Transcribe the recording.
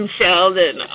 Sheldon